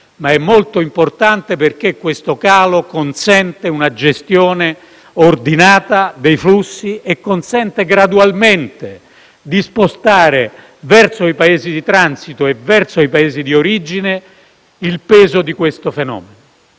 ma è molto importante perché questo calo consente una gestione ordinata dei flussi e consente gradualmente di spostare verso i Paesi di transito e verso i Paesi di origine il peso di tale fenomeno.